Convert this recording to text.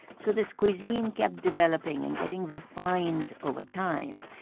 so this cuisine kept developing and getting refined over time.